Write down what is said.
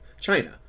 china